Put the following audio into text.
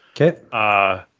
Okay